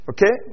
Okay